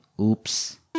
Oops